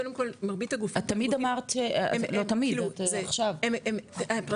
קודם כל מרבית הגופים -- את אמרת עכשיו -- פרטי,